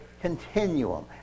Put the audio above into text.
continuum